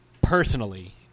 personally